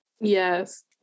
Yes